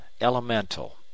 elemental